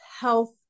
health